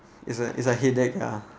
it's a it's a headache ya